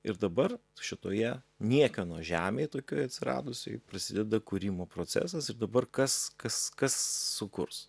ir dabar šitoje niekieno žemėj tokioj atsiradusioj prasideda kūrimo procesas ir dabar kas kas kas sukurs